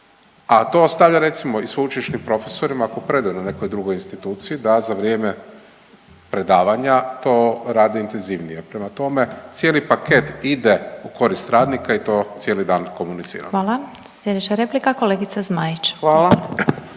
a to ostavlja recimo i sveučilišnim profesorima ako predaju na nekoj drugoj instituciji da za vrijeme predavanja to rade intenzivnije. Prema tome, cijeli paket ide u korist radnika i to cijeli dan komuniciramo. **Glasovac, Sabina (SDP)** Hvala.